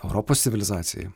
europos civilizacijai